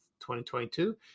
2022